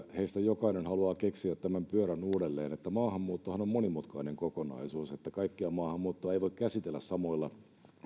heistä jokainen haluaa keksiä tämän pyörän uudelleen että maahanmuuttohan on monimutkainen kokonaisuus että kaikkea maahanmuuttoa ei voi käsitellä samoilla